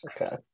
okay